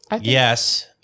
yes